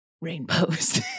rainbows